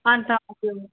अनि त हजुर